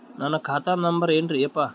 ನನ್ನ ಖಾತಾ ನಂಬರ್ ಏನ್ರೀ ಯಪ್ಪಾ?